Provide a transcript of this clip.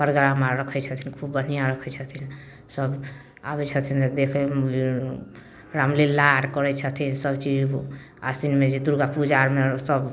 programme आओर रखै छथिन खूब बढ़िआँ रखै छथिन सब आबै छथिन देखै रामलीला आओर करै छथिन सबचीज आसिनमे जे दुर्गा पूजा आओरमे सब